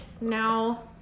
now